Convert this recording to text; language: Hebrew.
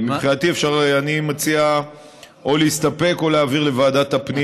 אני מציע להסתפק או להעביר לוועדת הפנים.